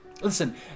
Listen